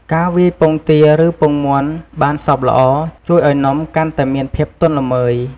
ការវាយពងទា ឬពងមាន់បានសព្វល្អ ជួយឱ្យនំកាន់តែមានភាពទន់ល្មើយ។